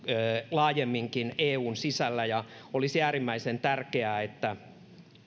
laajemminkin eun sisällä olisi äärimmäisen tärkeää että